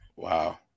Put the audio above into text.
Wow